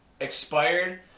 expired